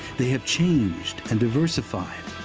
they have changed and diversified,